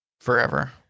forever